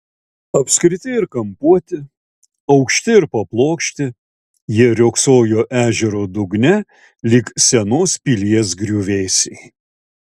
apskriti ir kampuoti aukšti ir paplokšti jie riogsojo ežero dugne lyg senos pilies griuvėsiai